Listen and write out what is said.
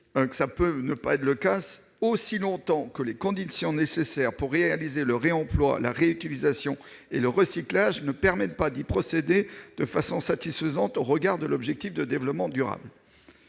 ne s'appliqueraient pas « aussi longtemps que les conditions nécessaires pour réaliser le réemploi, la réutilisation et le recyclage ne permettent pas d'y procéder de façon satisfaisante au regard de l'objectif de développement durable.